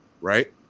right